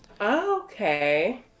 okay